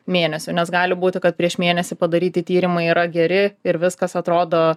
mėnesių nes gali būti kad prieš mėnesį padaryti tyrimai yra geri ir viskas atrodo